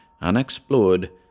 unexplored